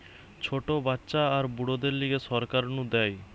ছোট বাচ্চা আর বুড়োদের লিগে সরকার নু দেয়